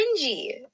cringy